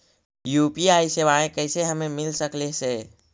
UPI सेवाएं कैसे हमें मिल सकले से?